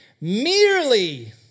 Merely